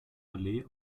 allee